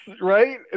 right